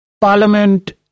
Parliament